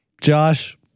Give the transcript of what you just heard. Josh